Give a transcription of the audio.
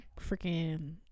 Freaking